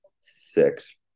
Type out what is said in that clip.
Six